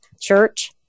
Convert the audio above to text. church